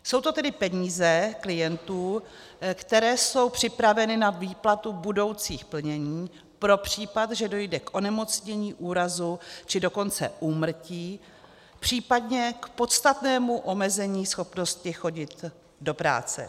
Jsou to tedy peníze klientů, které jsou připraveny na výplatu budoucích plnění pro případ, že dojde k onemocnění, úrazu, či dokonce úmrtí, případně k podstatnému omezení schopnosti chodit do práce.